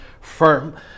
firm